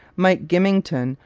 mike grimmington,